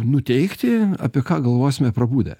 nuteikti apie ką galvosime prabudę